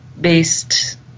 based